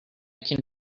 can